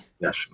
Yes